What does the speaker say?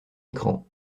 écran